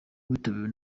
witabiriwe